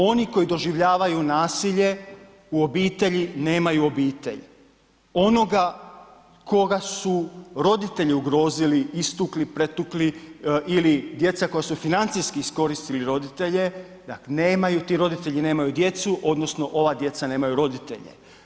Oni koji doživljavaju nasilje u obitelji nemaju obitelj, onoga koga su roditelji ugrozili, istukli, pretukli ili djeca koja su financijski iskoristili roditelje da nemaju, ti roditelji da nemaju djecu odnosno ova djeca nemaju roditelje.